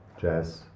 jazz